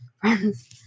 friends